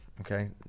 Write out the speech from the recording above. okay